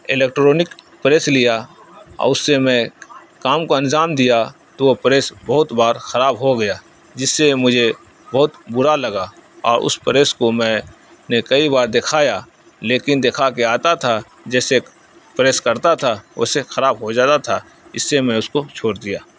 electronic press لیا اور اس سے میں کام کو انجام دیا تو وہ پریس بہت بار خراب ہو گیا جس سے مجھے بہت برا لگا اور اس پریس کو میں نے کئی بار دکھایا لیکن دکھا کے آتا تھا جیسے پریس کرتا تھا ویسے خراب ہو جاتا تھا اس سے میں اس کو چھوڑ دیا